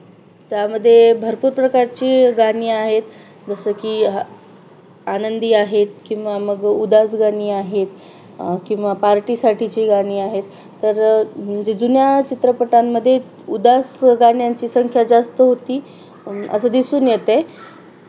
त्यामध्ये भरपूर प्रकारची गाणी आहेत जसं की ह आनंदी आहेत किंवा मग उदास गाणी आहेत किंवा पार्टीसाठीची गाणी आहेत तर म्हणजे जुन्या चित्रपटांमध्ये उदास गाण्यांची संख्या जास्त होती असं दिसून येतं आहे